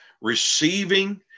receiving